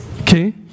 Okay